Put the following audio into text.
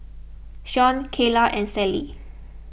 Shon Kaela and Sallie